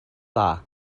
dda